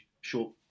short